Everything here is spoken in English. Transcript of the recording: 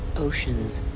oceans,